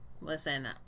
listen